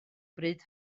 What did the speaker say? bryd